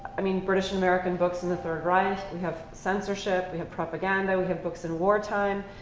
i mean, british american books in the third reich. we have censorship. we have propaganda. we have books in wartime.